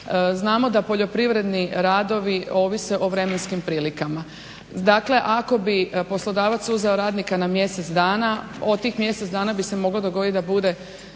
Znamo da poljoprivredni radovi ovise o vremenskim prilikama, dakle ako bi poslodavac uzeo radnika na mjesec dana od tih mjesec dana bi se moglo dogoditi da bude